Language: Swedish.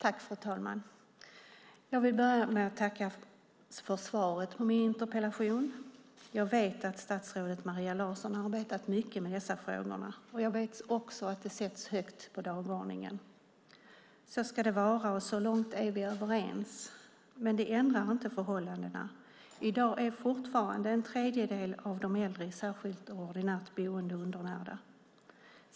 Fru talman! Jag vill börja med att tacka för svaret på min interpellation. Jag vet att statsrådet Maria Larsson arbetat mycket med dessa frågor. Jag vet också att de sätts högt på dagordningen. Så ska det vara, och så långt är vi överens, men det ändrar inte förhållandena. I dag är fortfarande en tredjedel av de äldre i särskilt och ordinärt boende undernärda.